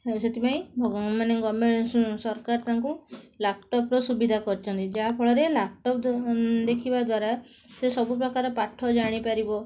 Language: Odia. ଆଉ ସେଥିପାଇଁ ମାନେ ଗଭର୍ନମେଣ୍ଟ ସରକାର ତାଙ୍କୁ ଲ୍ୟାପଟପ୍ର ସୁବିଧା କରିଛନ୍ତି ଯାହାଫଳରେ ଲ୍ୟାପଟପ୍ ଦେଖିବା ଦ୍ୱାରା ସେ ସବୁପ୍ରକାର ପାଠ ଜାଣିପାରିବ